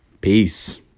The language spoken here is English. Peace